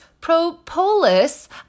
propolis